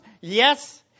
Yes